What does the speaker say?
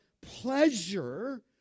pleasure